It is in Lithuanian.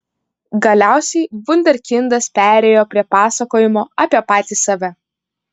galiausiai vunderkindas perėjo prie pasakojimo apie patį save